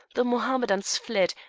the mohammedans fled,